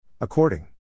According